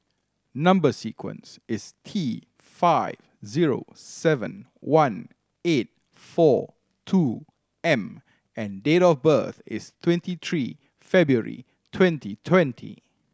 number sequence is T five zero seven one eight four two M and date of birth is twenty three February twenty twenty